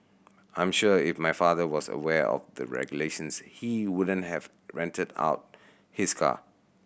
I'm sure if my father was aware of the regulations he wouldn't have rented out his car